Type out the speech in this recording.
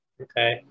Okay